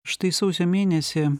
štai sausio mėnesį